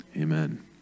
amen